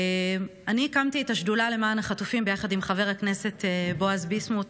אני הקמתי את השדולה למען החטופים ביחד עם חבר הכנסת בועז ביסמוט,